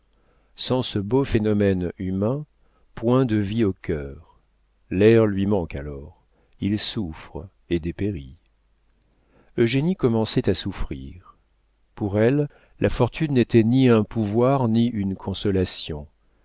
sans ce beau phénomène humain point de vie au cœur l'air lui manque alors il souffre et dépérit eugénie commençait à souffrir pour elle la fortune n'était ni un pouvoir ni une consolation